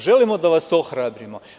Želimo da vas ohrabrimo.